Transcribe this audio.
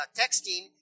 texting